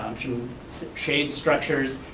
some shade structures,